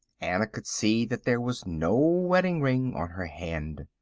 anna could see that there was no wedding-ring on her hand.